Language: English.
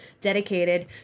dedicated